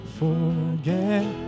forget